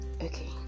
Okay